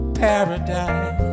paradise